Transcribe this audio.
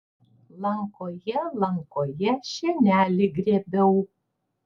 lankoje lankoje šienelį grėbiau